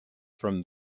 from